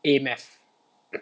A maths